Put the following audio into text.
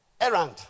Errand